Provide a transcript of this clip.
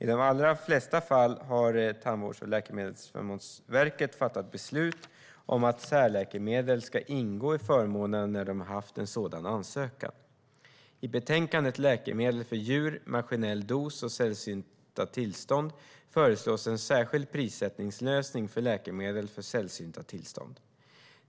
I de allra flesta fall har Tandvårds och läkemedelsförmånsverket fattat beslut om att särläkemedel ska ingå i förmånerna när de haft en sådan ansökan. I betänkandet Läkemedel för djur, maskinell dos och sällsynta tillstånd föreslås en särskild prissättningslösning för läkemedel för sällsynta tillstånd.